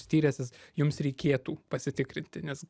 tyręsis jums reikėtų pasitikrinti nes